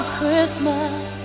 Christmas